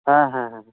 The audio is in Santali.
ᱦᱮᱸ ᱦᱮᱸ ᱦᱮᱸ